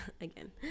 again